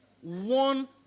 one